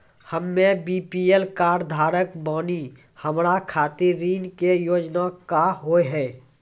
हम्मे BPL card धारक बानि हमारा खातिर ऋण के योजना का होव हेय?